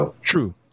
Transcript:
True